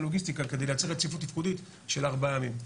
הלוגיסטיקה כדי לייצר רציפות תפקודית של ארבעה ימים.